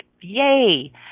yay